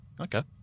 Okay